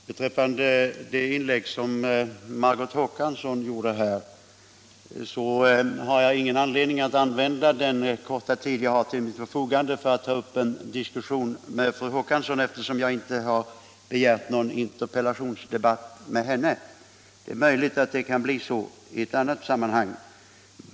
Herr talman! Jag finner ingen anledning att använda den korta tid jag har till mitt förfogande för att ta upp en lång diskussion med fru Håkansson, eftersom jag inte har begärt någon interpellationsdebatt med henne; det är möjligt att det kan bli så i ett annat sammanhang.